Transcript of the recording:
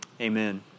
Amen